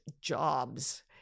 jobs